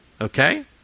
Okay